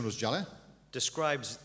describes